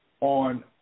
on